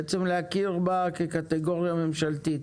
בעצם להכיר בה כקטגוריה ממשלתית,